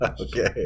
okay